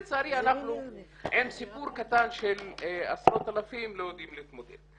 לצערי אנחנו עם סיפור קטן של עשרות אלפים לא יודעים להתמודד.